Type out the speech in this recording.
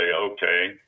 okay